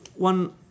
one